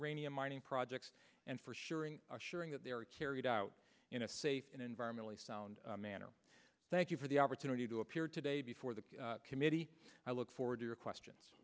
rainy and mining projects and for sharing suring that there are carried out in a safe and environmentally sound manner thank you for the opportunity to appear today before the committee i look forward to your questions